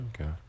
Okay